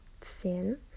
sin